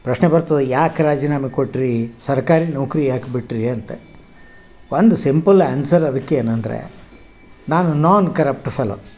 ಪ್ರಶ್ನೆ ಬರ್ತದೆ ಯಾಕೆ ರಾಜೀನಾಮೆ ಕೊಟ್ಟಿರಿ ಸರ್ಕಾರಿ ನೌಕರಿ ಯಾಕೆ ಬಿಟ್ಟಿರಿ ಅಂತ ಒಂದು ಸಿಂಪಲ್ ಆ್ಯನ್ಸರ್ ಅದಕ್ಕೆ ಏನಂದರೆ ನಾನು ನಾನ್ ಕರಪ್ಟ್ ಫೆಲೋ